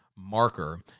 marker